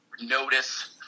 notice